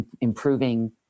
improving